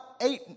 eight